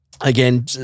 Again